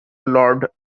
lord